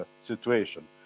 situation